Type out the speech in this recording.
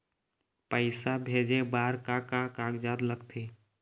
पैसा भेजे बार का का कागजात लगथे?